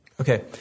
Okay